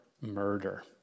murder